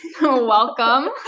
Welcome